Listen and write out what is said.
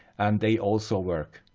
and they also work.